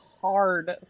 hard